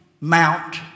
mount